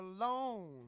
alone